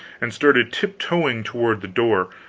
and started tip-toeing toward the door.